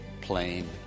plain